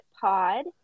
pod